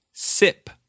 Sip